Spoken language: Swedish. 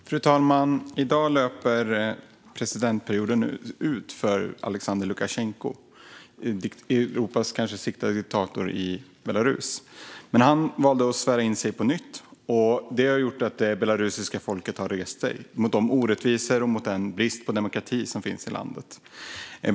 Fru talman! I dag löper presidentperioden ut för Aleksandr Lukasjenko - Europas kanske sista diktator - i Belarus. Men han valde att svära in sig på nytt, och det har gjort att det belarusiska folket har rest sig mot de orättvisor och den brist på demokrati som finns i landet.